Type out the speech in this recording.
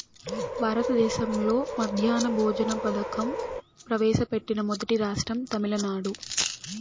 భారతదేశంలో మధ్యాహ్న భోజన పథకం ప్రవేశపెట్టిన మొదటి రాష్ట్రం తమిళనాడు